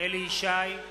אליהו ישי,